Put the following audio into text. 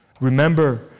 Remember